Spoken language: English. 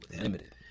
Limited